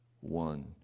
one